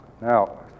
Now